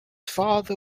father